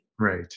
Right